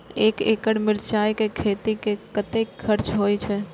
एक एकड़ मिरचाय के खेती में कतेक खर्च होय छै?